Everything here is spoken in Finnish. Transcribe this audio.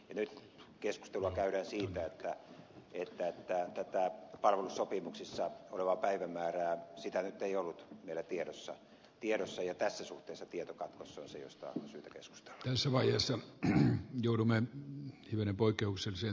nyt keskustelua käydään siitä että tätä palvelussopimuksissa olevaa päivämäärää nyt ei ollut meillä tiedossa ja tässä suhteessa tietokatkos ansiosta syntynyt ensi vaiheessa joudumme hivenen poikeuksellisen